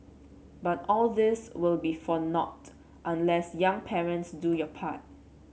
but all this will be for nought unless young parents do your part